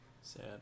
Sad